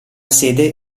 sede